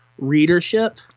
readership